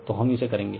तो हम इसे करेंगे